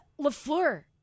LaFleur